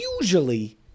usually